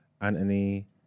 Anthony